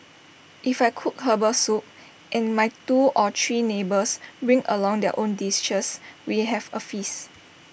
if I cook Herbal Soup and my two or three neighbours bring along their own dishes we have A feast